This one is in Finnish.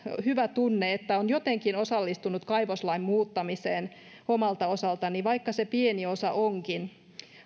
hyvä tunne että on jotenkin osallistunut kaivoslain muuttamiseen omalta osalta vaikka se pieni osa onkin